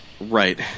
Right